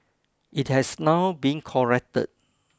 it has now been corrected